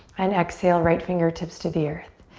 and exhale, right fingertips to the earth.